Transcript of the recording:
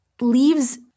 leaves